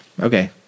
Okay